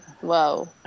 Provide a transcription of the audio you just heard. Whoa